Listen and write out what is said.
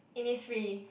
Innisfree